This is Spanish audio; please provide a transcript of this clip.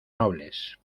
nobles